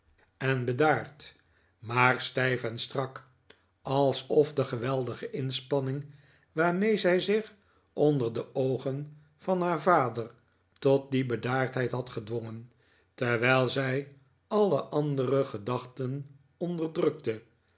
maar stijf en strak alsof de geweldige inspanning waarmee zij zich onder de oogen van haar vader tot die bedaardheid had gedwongen terwijl zij alle andere gedachten onderdrukte